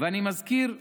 ואני מזכיר,